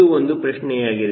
ಇದು ಒಂದು ಪ್ರಶ್ನೆಯಾಗಿದೆ